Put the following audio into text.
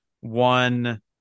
one